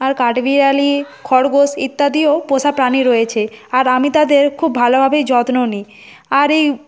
আর কাঠবিড়ালি খরগোশ ইত্যাদিও পোষা প্রাণী রয়েছে আর আমি তাদের খুব ভালোভাবেই যত্ন নিই আর এই